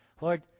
Lord